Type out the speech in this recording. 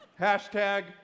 hashtag